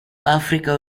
africa